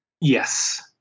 Yes